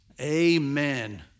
amen